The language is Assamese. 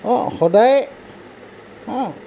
অঁ সদায় অঁ